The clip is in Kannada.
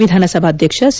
ವಿಧಾನಸಭಾಧ್ಯಕ್ಷ ಸಿ